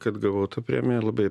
kad gavau tą premiją labai ap